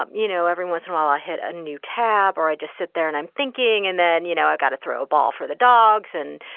um you know, everyone's real. i hit a new tab or i just sit there and i'm thinking and then, you know, i've got to throw a ball for the dogs. and,